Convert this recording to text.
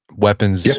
weapons. yeah